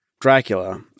Dracula